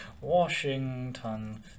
Washington